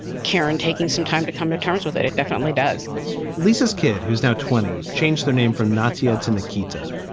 karen taking some time to come to terms with it. it definitely does lisa's kid, who's now twenty, changed their name from natia to nikita.